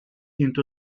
into